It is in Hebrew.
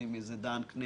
יודעים מי זה דנקנר.